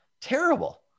Terrible